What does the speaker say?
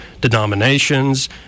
denominations